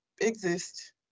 exist